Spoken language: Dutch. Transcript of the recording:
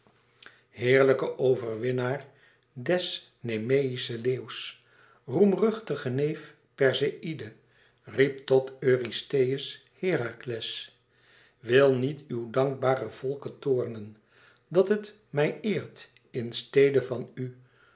heerlijke overwinnaar des nemeïschen leeuws roemruchtige neef perseïde riep tot eurystheus herakles wil niet uw dankbaren volke toornen dat het mij eert in stede van ù